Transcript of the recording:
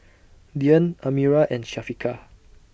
Dian Amirah and Syafiqah